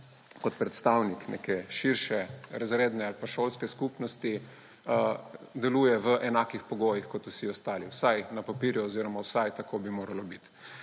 kot predstavnik neke širše razredne ali šolske skupnosti deluje v enakih pogojih kot vsi ostali, vsaj na papirju oziroma tako bi vsaj moralo biti.